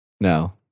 No